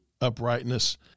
uprightness